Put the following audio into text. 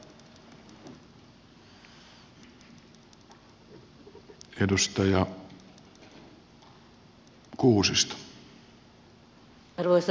arvoisa puhemies